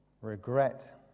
Regret